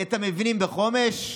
את המבנים בחומש.